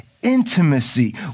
intimacy